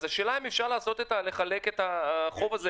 אז השאלה אם אפשר לחלק את החוב הזה,